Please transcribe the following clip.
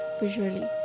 visually